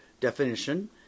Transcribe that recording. definition